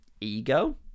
ego